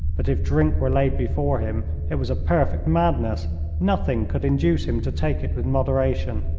but if drink were laid before him it was a perfect madness nothing could induce him to take it with moderation.